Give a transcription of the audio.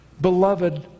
beloved